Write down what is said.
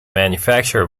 manufacture